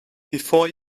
before